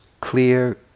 clear